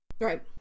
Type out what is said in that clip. Right